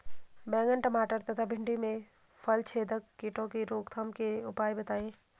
बैंगन टमाटर तथा भिन्डी में फलछेदक कीटों की रोकथाम के उपाय बताइए?